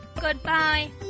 Goodbye